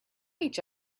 each